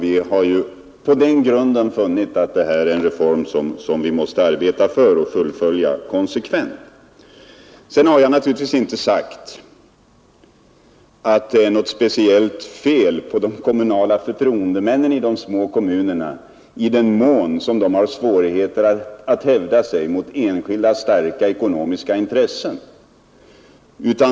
Vi har på den grunden funnit att detta är en reform som vi måste arbeta för och fullföja konsekvent. Sedan har jag naturligtvis inte sagt att det är något speciellt fel på de kommunala förtroendemännen i de små kommunerna i den mån som de har svårigheter att hävda sig mot enskilda starka ekonomiska intressen.